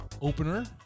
opener